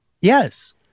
Yes